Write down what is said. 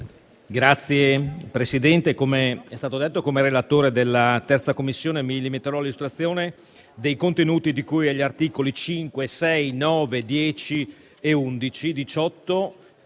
Signora Presidente, come è stato detto, come relatore della 3a Commissione mi limiterò all'illustrazione dei contenuti di cui agli articoli 5, 6, 9, 10, 11, 15,